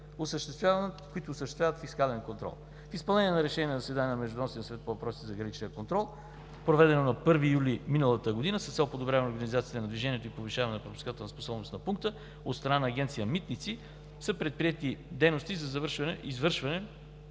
които осъществяват фискален контрол. В изпълнение на решение на заседание на Междуведомствения съвет по въпросите за граничния контрол, проведено на 1 юли миналата година, с цел подобряване на организацията на движението и повишаване на пропускателната способност на пункта, от страна на Агенция „Митници“ са предприети дейности за извършване